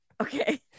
Okay